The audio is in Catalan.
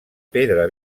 pedra